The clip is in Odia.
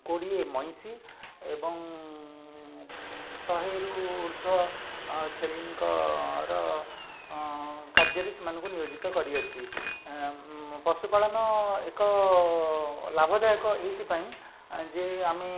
କୋଡ଼ିଏ ମଇଁଷି ଏବଂ ଶହେରୁ ଉର୍ଦ୍ଧ୍ୱ ଅ ଛେଳିଙ୍କର କାର୍ଯ୍ୟରେ ସେମାନଙ୍କୁ ନିୟୋଜିତ କରିଅଛି ପଶୁପାଳନ ଏକ ଲାଭଦାୟକ ଏଇଥିପାଇଁ ଯେ ଆମେ